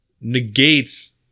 negates